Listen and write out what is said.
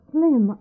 Slim